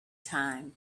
time